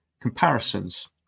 comparisons